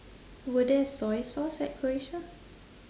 were there soy sauce at croatia